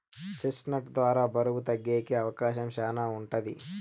chest నట్ ద్వారా బరువు తగ్గేకి అవకాశం శ్యానా ఉంటది